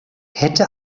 hätte